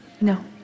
No